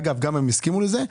אגב גם הם הסכימו לזה.